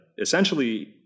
essentially